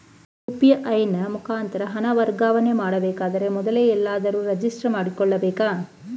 UPI ನ ಮುಖಾಂತರ ಹಣ ವರ್ಗಾವಣೆ ಮಾಡಬೇಕಾದರೆ ಮೊದಲೇ ಎಲ್ಲಿಯಾದರೂ ರಿಜಿಸ್ಟರ್ ಮಾಡಿಕೊಳ್ಳಬೇಕಾ?